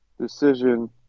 decision